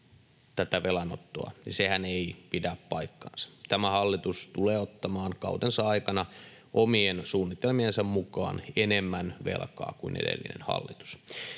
tätä velanottoa — sehän ei pidä paikkaansa. Tämä hallitus tulee ottamaan kautensa aikana omien suunnitelmiensa mukaan enemmän velkaa kuin edellinen hallitus.